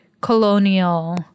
colonial